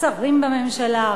שרים בממשלה,